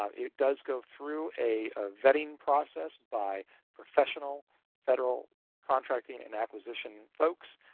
um it does go through a vetting process by professional federal contracting and acquisition folks.